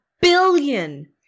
billion